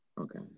okay